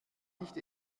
nicht